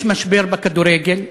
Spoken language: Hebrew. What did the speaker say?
יש משבר בכדורגל אזורי,